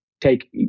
take